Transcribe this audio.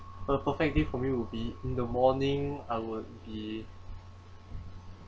a perfect day for me would be in the morning I would be